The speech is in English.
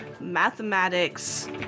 mathematics